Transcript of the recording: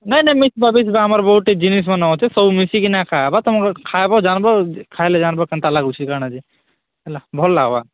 ନାଇଁ ନାଇଁ ମିକ୍ସ ଆମର ବହୁତ ଜିନିଷ୍ମାନ ଅଛି ସବୁ ମିଶିକି କିନା ଖାଆ ହବ ତୁମର ଖାଆବ ଜାଣିବ ଖାଇଲେ ଜାଣିବ କେନ୍ତା ଲାଗୁଛି କ'ଣ ଯେ ହେଲା ଭଲ୍ ଲାଗବା